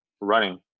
Running